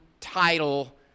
title